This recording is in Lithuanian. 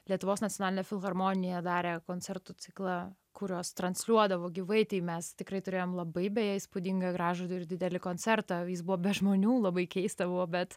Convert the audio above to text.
lietuvos nacionalinė filharmonija darė koncertų ciklą kuriuos transliuodavo gyvai tai mes tikrai turėjom labai beje įspūdingą gražų ir didelį koncertą jis buvo be žmonių labai keista buvo bet